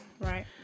Right